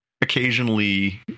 occasionally